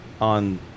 on